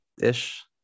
ish